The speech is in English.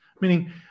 Meaning